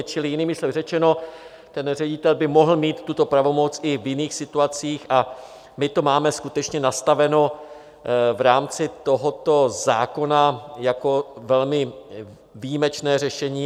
Čili jinými slovy řečeno, ředitel by mohl mít tuto pravomoc i v jiných situacích a my to máme skutečně nastaveno v rámci tohoto zákona jako velmi výjimečné řešení.